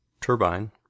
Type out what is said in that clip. turbine